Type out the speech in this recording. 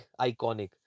iconic